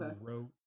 wrote